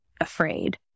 afraid